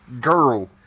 girl